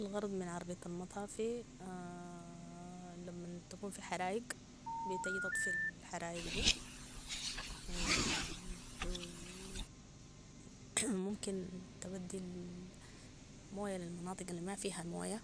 الغرض من عربية المطافي لمن تكون في حرايق بتجي تطفي الحرايق دي و ممكن تودي الموية للمناطق الما فيها الموية